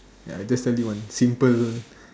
ya I just tell you one simple also